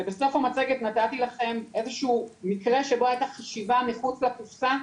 ובסוף המצגת נתתי לכם איזה שהוא מקרה שבו היתה חשיבה מחוץ לקופסה.